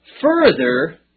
further